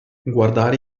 guardare